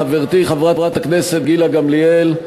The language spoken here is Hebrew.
לחברתי חברת הכנסת גילה גמליאל,